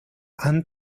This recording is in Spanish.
han